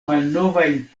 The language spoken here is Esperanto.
malnovajn